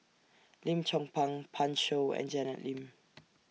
Lim Chong Pang Pan Shou and Janet Lim